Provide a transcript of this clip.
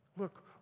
look